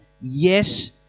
yes